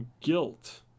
guilt